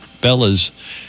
Bella's